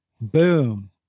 boom